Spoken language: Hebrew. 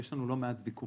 יש לנו לא מעט ויכוחים,